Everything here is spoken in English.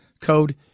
Code